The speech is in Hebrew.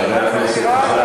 חברי הכנסת.